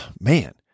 man